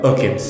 Okay